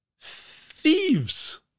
thieves